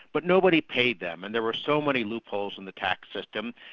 but nobody paid them, and there were so many loopholes in the tax system,